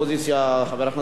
חבר הכנסת מופז,